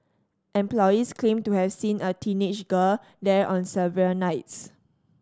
employees claimed to have seen a teenage girl there on several nights